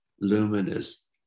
luminous